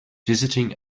visiting